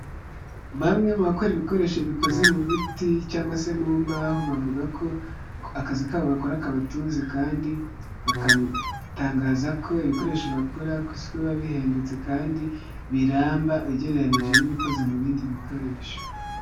Bamwe mu bakora ibikoresho bikoze mu biti cyangwa se mu mbahoho bavuga ko akazi kabo bakora kabatuze kandi bagatangaza ko ibikoresho bakora ku isoko biba bihendutse kandi biramba ugereranije n'ibikoze mu bindi bikoresho.